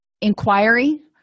inquiry